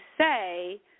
say